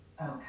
Okay